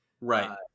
Right